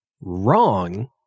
wrong